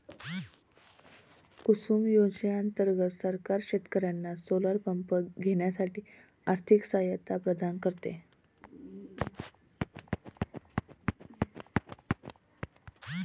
कुसुम योजने अंतर्गत सरकार शेतकर्यांना सोलर पंप घेण्यासाठी आर्थिक सहायता प्रदान करते